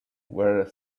were